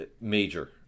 major